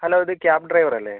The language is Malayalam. ഹലോ ഇത് ക്യാബ് ഡ്രൈവർ അല്ലെ